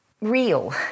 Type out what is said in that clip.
real